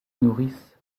nourrice